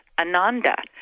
Ananda